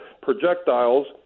projectiles